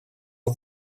już